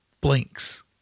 blinks